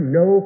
no